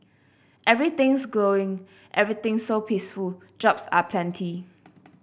everything's glowing everything's so peaceful jobs are plenty